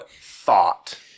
thought